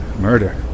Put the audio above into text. murder